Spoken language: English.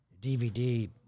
DVD